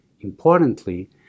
Importantly